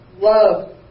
love